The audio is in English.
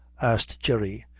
asked jerry.